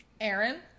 Aaron